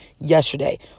yesterday